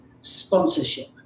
sponsorship